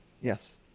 Yes